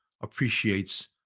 appreciates